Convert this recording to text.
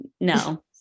No